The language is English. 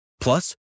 Plus